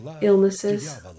illnesses